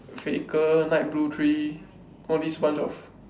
faker night blue three all these bunch of